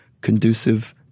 conducive